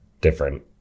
different